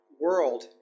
world